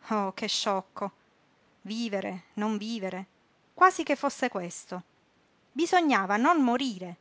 capo oh sciocco vivere non vivere quasi che fosse questo bisognava non morire